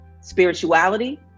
spirituality